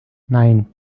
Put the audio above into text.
nein